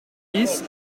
bis